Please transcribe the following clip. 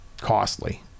costly